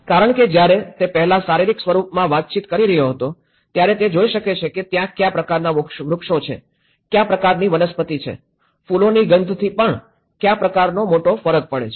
કારણ કે જ્યારે તે પહેલાં શારીરિક સ્વરૂપમાં વાતચીત કરી રહ્યો હતો ત્યારે તે જોઈ શકે છે કે ત્યાં કયા પ્રકારનાં વૃક્ષો છે કયા પ્રકારની વનસ્પતિ છે ફૂલોની ગંધથી પણ કયા પ્રકારનો મોટો ફરક પડે છે